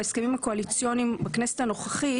בהסכמים הקואליציוניים בכנסת הנוכחית